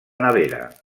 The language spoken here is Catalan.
nevera